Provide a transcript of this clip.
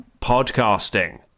podcasting